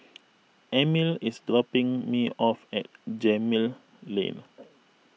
Emile is dropping me off at Gemmill Lane